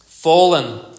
Fallen